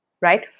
Right